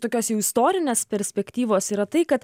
tokios jau istorinės perspektyvos yra tai kad